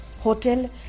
Hotel